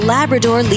Labrador